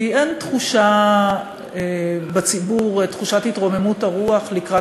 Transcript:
כי אין בציבור תחושת התרוממות רוח לקראת